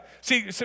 See